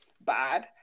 bad